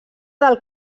del